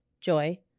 joy